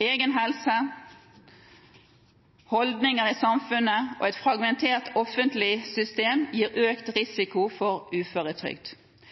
Egen helsetilstand, holdninger i samfunnet og et fragmentert offentlig system gir økt risiko for uføretrygd.